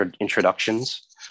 introductions